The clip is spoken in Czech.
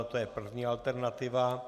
To je první alternativa.